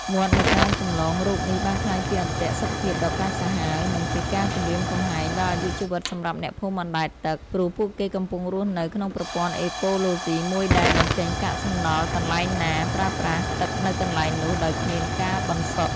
វដ្តនៃការចម្លងរោគនេះបានក្លាយជាអន្ទាក់សុខភាពដ៏កាចសាហាវ និងជាការគំរាមកំហែងដល់អាយុជីវិតសម្រាប់អ្នកភូមិអណ្តែតទឹក ព្រោះពួកគេកំពុងរស់នៅក្នុងប្រព័ន្ធអេកូឡូស៊ីមួយដែល បញ្ចេញកាកសំណល់កន្លែងណា ប្រើប្រាស់ទឹកនៅកន្លែងនោះ ដោយគ្មានការបន្សុទ្ធ។